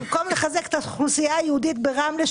ובמקום לחזק את האוכלוסייה היהודית ברמלה,